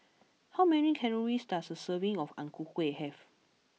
how many calories does a serving of Ang Ku Kueh have